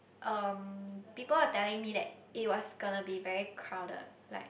um people are telling me that it was gonna be very crowded like